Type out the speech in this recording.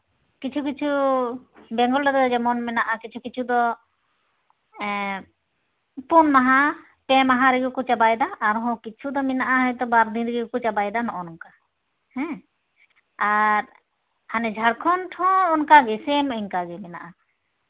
ᱠᱤᱪᱷᱩ ᱠᱤᱪᱷᱩ ᱵᱮᱝᱜᱚᱞ ᱨᱮ ᱡᱮᱢᱚᱱ ᱢᱮᱱᱟᱜᱼᱟ ᱠᱤᱪᱷᱩ ᱠᱤᱪᱷᱩ ᱫᱚ ᱯᱩᱱ ᱢᱟᱦᱟ ᱯᱮ ᱢᱟᱦᱟ ᱨᱮᱜᱮ ᱠᱚ ᱪᱟᱵᱟᱭᱫᱟ ᱟᱨᱦᱚᱸ ᱠᱤᱪᱷᱩ ᱫᱚ ᱢᱮᱱᱟᱜᱼᱟ ᱦᱚᱭᱛᱚ ᱵᱟᱨᱫᱤᱱ ᱨᱮᱜᱮ ᱠᱚ ᱪᱟᱵᱟᱭᱫᱟ ᱱᱚᱜᱼᱚᱭ ᱱᱚᱝᱠᱟ ᱦᱮᱸ ᱟᱨ ᱦᱟᱱᱮ ᱡᱷᱟᱲᱠᱷᱚᱸᱰ ᱦᱚᱸ ᱚᱱᱠᱟᱜᱮ ᱥᱮᱢ ᱚᱱᱠᱟᱜᱮ ᱢᱮᱱᱟᱜᱼᱟ